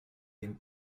den